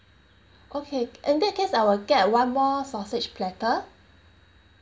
okay in that case I will get one more sausage platter